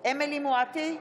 בעד אמילי חיה מואטי,